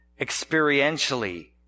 experientially